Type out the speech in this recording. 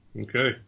Okay